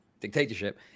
dictatorship